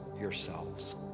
yourselves